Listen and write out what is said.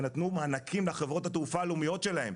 ונתנו מענקים לחברות התעופה הלאומיות שלהם.